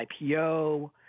IPO